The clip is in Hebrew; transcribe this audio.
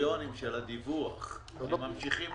בקריטריונים של הדיווח, הם ממשיכים לרוץ.